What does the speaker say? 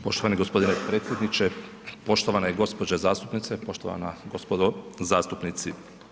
Poštovani gospodine predsjedniče, poštovane gospođe zastupnice, poštovana gospodo zastupnici.